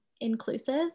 inclusive